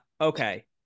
Okay